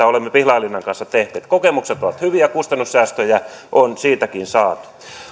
olemme pihlajalinnan kanssa tehneet kokemukset ovat hyviä kustannussäästöjä on siitäkin saatu